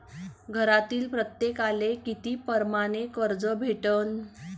घरातील प्रत्येकाले किती परमाने कर्ज भेटन?